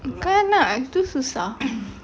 kan ah itu susah